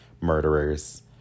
murderers